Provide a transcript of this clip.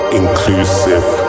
inclusive